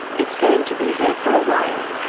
it's going to be here for a while.